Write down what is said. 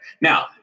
Now